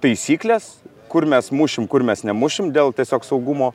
taisykles kur mes mušim kur mes nemušim dėl tiesiog saugumo